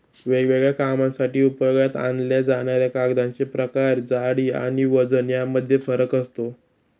वेगवेगळ्या कामांसाठी उपयोगात आणल्या जाणाऱ्या कागदांचे प्रकार, जाडी आणि वजन यामध्ये फरक असतो